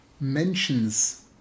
mentions